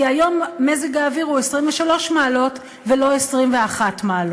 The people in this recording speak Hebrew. כי היום מזג האוויר הוא 23 מעלות ולא 21 מעלות.